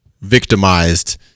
victimized